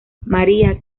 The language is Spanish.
maría